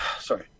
sorry